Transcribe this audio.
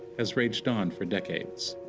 has raged on for decades.